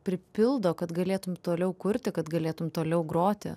pripildo kad galėtum toliau kurti kad galėtum toliau groti